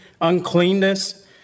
uncleanness